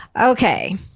Okay